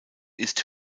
ist